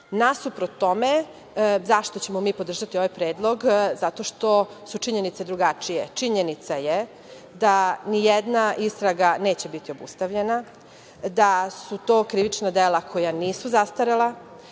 Nasuprot tome, zašto ćemo mi podržati ovaj Predlog, zato što su činjenice drugačije. Činjenica je da nijedna istraga neće biti obustavljena, da su to krivična dela koja nisu zastarela,